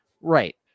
Right